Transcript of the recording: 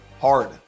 hard